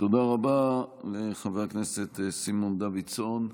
תודה רבה לחבר הכנסת סימון דוידסון.